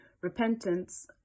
repentance